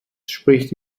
spricht